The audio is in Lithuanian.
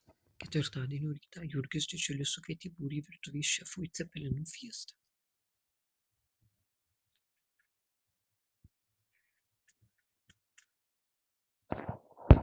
ketvirtadienio rytą jurgis didžiulis sukvietė būrį virtuvės šefų į cepelinų fiestą